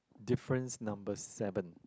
difference number seven